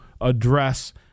address